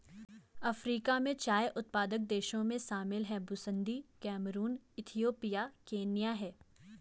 Africa में चाय उत्पादक देशों में शामिल हैं बुसन्दी कैमरून इथियोपिया केन्या है